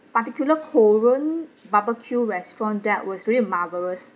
particular korean barbecue restaurant that was really marvellous